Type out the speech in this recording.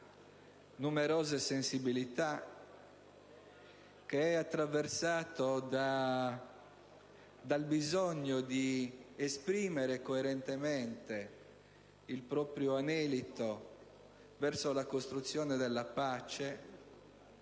numerose sensibilità, che è attraversato dal bisogno di esprimere coerentemente il proprio anelito verso la costruzione della pace